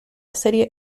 serie